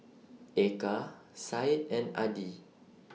Eka Said and Adi